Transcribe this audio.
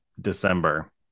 December